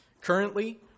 Currently